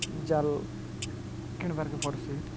ଜାଲ୍ କିଣିବାର୍କେ ପଡ଼୍ସି